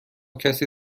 کسی